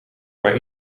maar